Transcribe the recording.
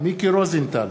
מיקי רוזנטל,